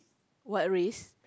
what risk